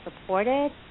supported